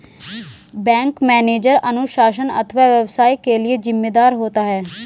bank manager अनुशासन अथवा व्यवसाय के लिए जिम्मेदार होता है